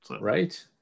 Right